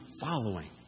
following